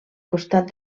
costat